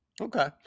Okay